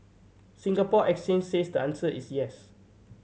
Singapore Exchange says the answer is yes